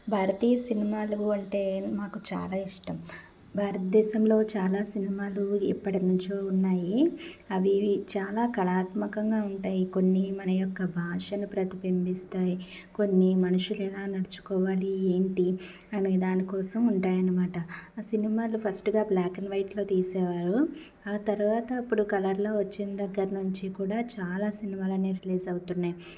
భారతి సినిమాలు అంటే మాకు చాలా ఇష్టం భారతదేశంలో చాలా సినిమాలు ఎప్పటినుంచో ఉన్నాయి అవి ఇ చాలా కళాత్మకంగా ఉంటాయి కొన్ని మన యొక్క భాషను ప్రతిబింబిస్తాయి కొన్ని మనుషులు ఎలా నడుచుకోవాలి ఏంటి అని దానికోసం ఉంటాయి అనమాట సినిమాలు ఫస్ట్గా బ్ల్యాక్ అండ్ వైట్లో తీసేవాళ్లు ఆ తర్వాత ఇప్పుడు కలర్లో వచ్చిన దగ్గరనుంచి కూడా చాలా సినిమాలనేవి రిలీజ్ అవుతున్నాయి